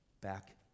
back